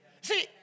See